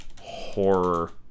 horror